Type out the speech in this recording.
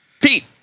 Pete